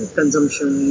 consumption